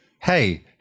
hey